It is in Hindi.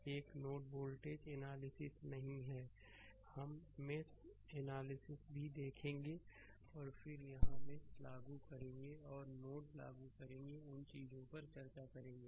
यह एक नोड वोल्टेज एनालिसिस नहीं है हम मेशएनालिसिस भी देखेंगे और फिर यहां मेश लागू करेंगे और नोड लागू करेंगे उन चीजों पर चर्चा करेंगे